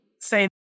say